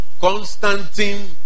Constantine